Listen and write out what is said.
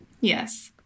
Yes